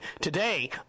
today